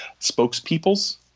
spokespeople's